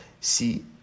See